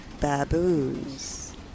baboons